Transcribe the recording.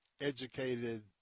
educated